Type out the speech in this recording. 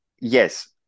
yes